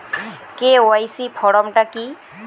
KYC form টা কি?